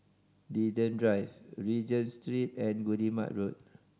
Linden Drive Regent Street and Guillemard Road